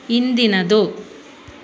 ಇಂದಿನದು